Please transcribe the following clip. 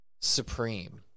Supreme